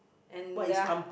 and their